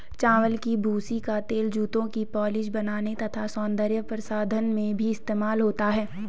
चावल की भूसी का तेल जूतों की पॉलिश बनाने तथा सौंदर्य प्रसाधन में भी इस्तेमाल होता है